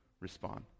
respond